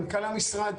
מנכ"ל המשרד,